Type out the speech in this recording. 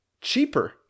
Cheaper